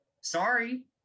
sorry